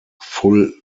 full